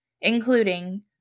including